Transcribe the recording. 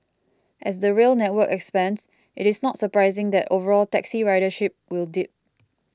as the rail network expands it is not surprising that overall taxi ridership will dip